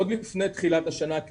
עוד לפני תחילת השנה,